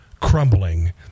crumbling